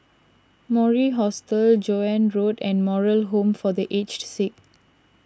Mori Hostel Joan Road and Moral Home for the Aged Sick